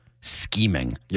scheming